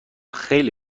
خیلی